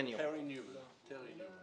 אני פותח את ישיבת ועדת הכספים לדיון בנושא